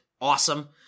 awesome